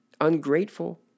ungrateful